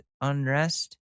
unrest